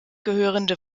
gehörende